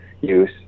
use